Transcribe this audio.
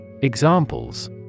Examples